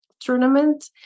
tournament